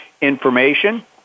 information